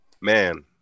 Man